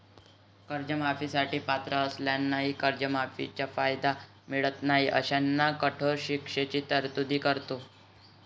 कर्जमाफी साठी पात्र असलेल्यांनाही कर्जमाफीचा कायदा मिळत नाही अशांना कठोर शिक्षेची तरतूद करतो